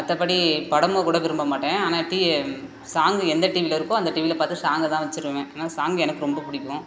மற்றபடி படமோகூட விரும்பமாட்டேன் ஆனால் டி சாங்கு எந்த டிவியில இருக்கோ அந்த டிவியில பார்த்து சாங்க தான் வச்சுருவேன் ஆனால் சாங் எனக்கு ரொம்ப பிடிக்கும்